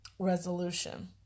resolution